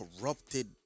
corrupted